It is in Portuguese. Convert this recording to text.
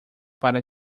para